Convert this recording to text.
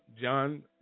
John